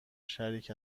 شریک